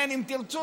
אם תרצו,